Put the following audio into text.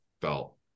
felt